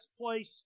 place